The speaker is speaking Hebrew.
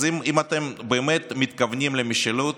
אז אם אתם באמת מתכוונים למשילות,